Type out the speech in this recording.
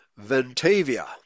Ventavia